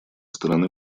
стороны